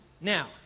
Now